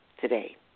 today